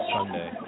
Sunday